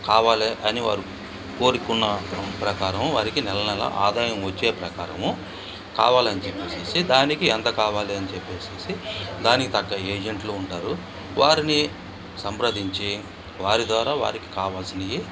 కావాలి అని వారు కోరుకున్న ప్రకారం వారికి నెల నెలా ఆదాయం వచ్చే ప్రకారం కావాలని చెప్పి దానికి ఎంత కావాలని చెప్పి దానికి తగ్గ ఏజెంట్లు ఉంటారు వారిని సంప్రదించి వారి ద్వారా వారికి కావలసినవి